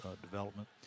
development